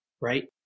Right